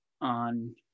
on